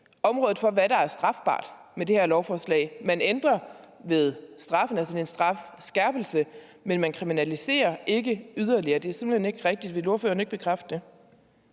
området for, hvad der er strafbart med det her lovforslag. Man ændrer ved straffen, altså en strafskærpelse, men man kriminaliserer ikke yderligere. Det er simpelt hen ikke rigtigt. Vil ordføreren ikke bekræfte